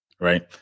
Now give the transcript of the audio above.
right